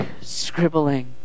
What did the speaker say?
scribbling